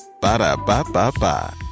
Ba-da-ba-ba-ba